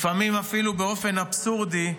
לפעמים אפילו, באופן אבסורדי,